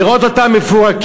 לראות אותם מפורקים,